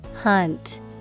Hunt